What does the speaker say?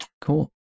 Cool